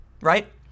right